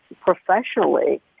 professionally